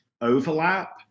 overlap